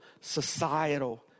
societal